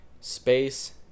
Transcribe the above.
space